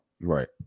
Right